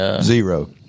zero